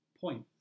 point